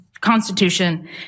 constitution